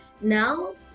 Now